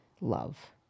Love